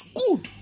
good